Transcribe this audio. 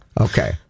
Okay